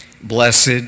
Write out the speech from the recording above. Blessed